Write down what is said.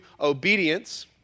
obedience